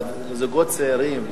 לזוגות צעירים.